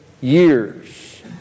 years